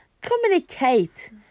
communicate